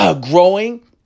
growing